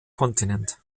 kontinent